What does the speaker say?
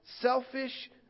selfish